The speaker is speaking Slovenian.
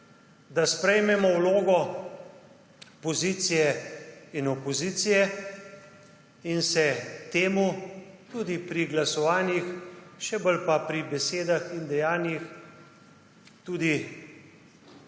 sprejmemo vlogo pozicije in opozicije in se tega pri glasovanjih, še bolj pa pri besedah in dejanjih tudi